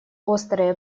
острые